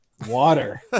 water